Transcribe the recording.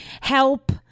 Help